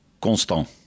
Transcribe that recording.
constant